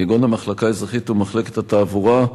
כגון המחלקה האזרחית ומחלקת התעבורה,